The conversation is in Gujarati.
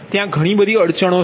ત્યાં ઘણી બધી અડચણો છે